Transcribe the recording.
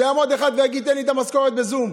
שיעמוד אחד ויגיד: תן לי את המשכורת בזום.